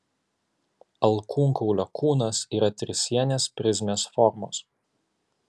alkūnkaulio kūnas yra trisienės prizmės formos